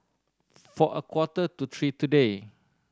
for a quarter to three today